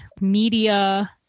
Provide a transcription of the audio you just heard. media